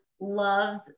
loves